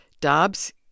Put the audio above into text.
Dobbs